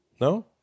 No